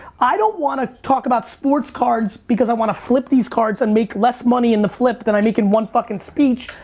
i don't wanna talk about sports cards because i wanna flip these cards and make less money in the flip than i make in one fucking speech,